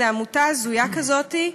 איזו עמותה הזויה כזאת,